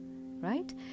right